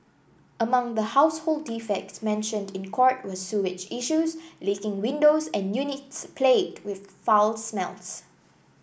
among the household defects mentioned in court were sewage issues leaking windows and units plagued with foul smells